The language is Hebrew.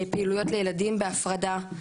פעילויות לילדים בהפרדה.